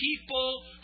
people